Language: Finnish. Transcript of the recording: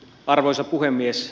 arvoisa puhemies